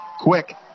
Quick